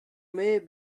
may